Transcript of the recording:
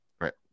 right